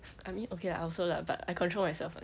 I mean okay lah I also lah but I control myself [one]